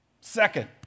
Second